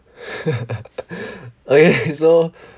okay so